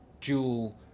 dual